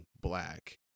black